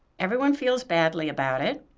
everyone feels badly about it,